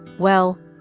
well,